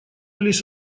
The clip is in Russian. лишь